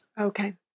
Okay